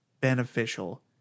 beneficial